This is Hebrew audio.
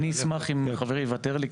אשמח אם חברי יוותר לי,